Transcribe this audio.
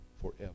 forever